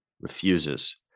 refuses